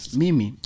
mimi